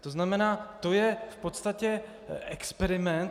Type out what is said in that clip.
To znamená, to je v podstatě experiment.